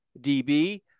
DB